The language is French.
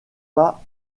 pas